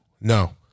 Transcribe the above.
No